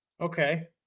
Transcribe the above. Okay